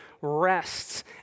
rests